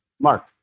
Mark